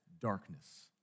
darkness